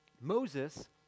Moses